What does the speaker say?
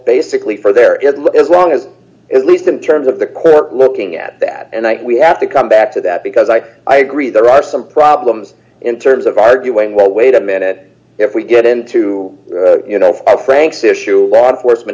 basically for there it look as long as it least in terms of the court looking at that and then we have to come back to that because i i agree there are some problems in terms of arguing well wait a minute if we get into the you know five francs issue law enforcement